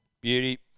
beauty